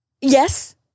Yes